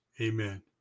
Amen